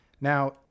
Now